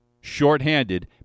shorthanded